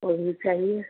ओ भी चाहिए